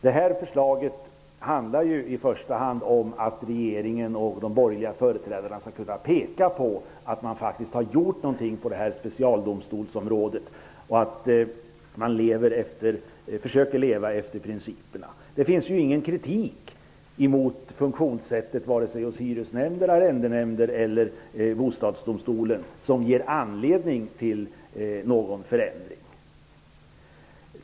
Det här förslaget handlar ju i första hand om att regeringen och de borgerliga företrädarna skall kunna peka på att de faktiskt har gjort något när det gäller specialdomstolarna och att de försöker leva efter principerna. Det finns ju ingen kritik mot funktionssättet hos vare sig hyresnämnder, arrendenämnder eller Bostadsdomstolen som ger anledning till någon förändring.